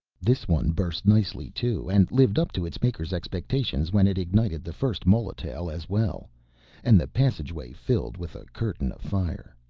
this one burst nicely too, and lived up to its maker's expectations when it ignited the first molotail as well and the passageway filled with a curtain of fire.